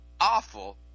awful